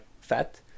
fat